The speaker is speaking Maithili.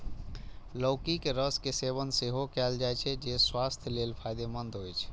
लौकी के रस के सेवन सेहो कैल जाइ छै, जे स्वास्थ्य लेल फायदेमंद होइ छै